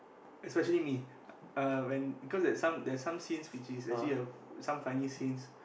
especially me uh when because there's some there's some scenes which is actually uh some funny scenes